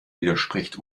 widerspricht